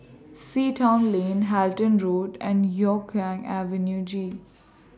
Sea Town Lane Halton Road and Hougang Avenue G